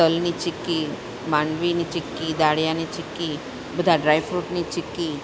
તલની ચીકી માંડવીની ચીકી દાળિયાની ચીકી બધા ડ્રાય ફ્રૂટની ચીકી